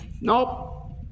Nope